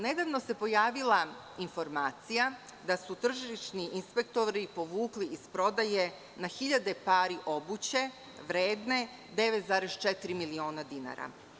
Nedavno se pojavila informacija da su tržišni inspektori povukli iz prodaje na hiljade pari obuće vredne 9,4 miliona dinara.